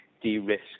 de-risk